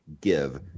give